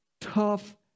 Tough